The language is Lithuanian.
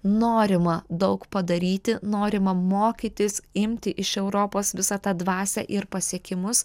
norima daug padaryti norima mokytis imti iš europos visą tą dvasią ir pasiekimus